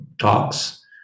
talks